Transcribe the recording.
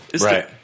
Right